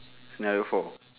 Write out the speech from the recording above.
scenario four